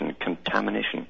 contamination